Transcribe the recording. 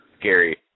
Gary